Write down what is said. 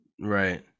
Right